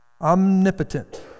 Omnipotent